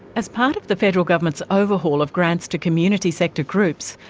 as part of the federal government's overhaul of grants to community sector groups,